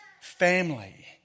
family